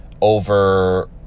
over